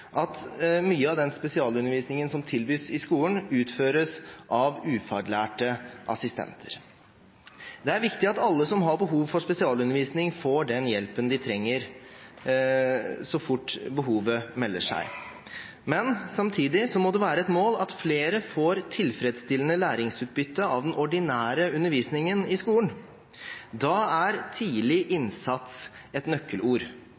at mye av den spesialundervisningen som tilbys i skolen, utføres av ufaglærte assistenter. Det er viktig at alle som har behov for spesialundervisning, får den hjelpen de trenger, så fort behovet melder seg. Men samtidig må det være et mål at flere får tilfredsstillende læringsutbytte av den ordinære undervisningen i skolen. Da er tidlig innsats et nøkkelord.